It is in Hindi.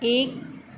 एक